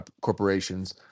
corporations